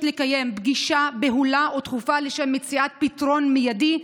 לקיים פגישה בהולה ודחופה לשם מציאת פתרון מיידי,